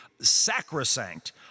sacrosanct